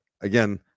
again